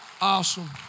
Awesome